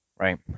Right